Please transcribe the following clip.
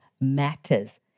matters